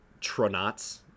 Tronauts